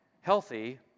healthy